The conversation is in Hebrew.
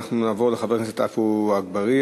נעבור לחבר הכנסת עפו אגבאריה,